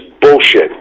bullshit